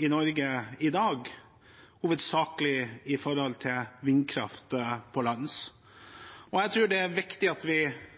i Norge i dag, hovedsakelig knyttet til vindkraft på land. Jeg tror det er viktig at vi